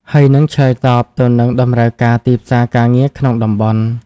ហើយនិងឆ្លើយតបទៅនឹងតម្រូវការទីផ្សារការងារក្នុងតំបន់។